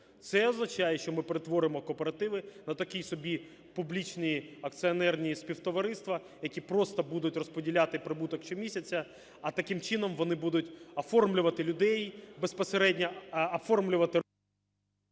Це означає, що ми перетворимо кооперативи на такі собі публічні акціонерні співтовариства, які просто будуть розподіляти прибуток щомісяця, а, таким чином, вони будуть оформлювати людей безпосередньо, оформлювати...